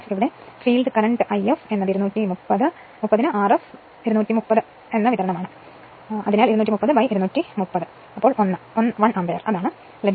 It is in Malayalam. അതിനാൽ ഫീൽഡ് കറന്റ് if 230 ന് Rf 230 എന്നത് വിതരണമാണ് 230 Rf അതിനാൽ 230230 എന്നത് 1 ആമ്പിയർ ആണ്